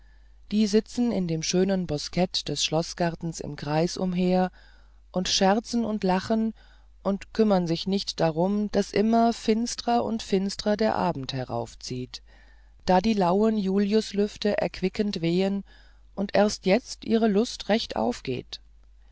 die sitzen in dem schönen boskett des schloßgartens im kreise umher und scherzen und lachen und kümmern sich nicht darum daß immer finstrer und finstrer der abend heraufzieht da die lauen juliuslüfte erquickend wehen und erst jetzt ihre lust recht aufgeht